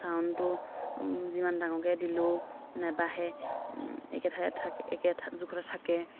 চাউণ্ডটো যিমান ডাঙৰকৈ দিলেও নাবাঢ়ে একে ঠাইত থাকে একে জোখতে থাকে